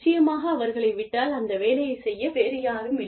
நிச்சயமாக அவர்களை விட்டால் அந்த வேலையைச் செய்ய வேறு யாரும் இல்லை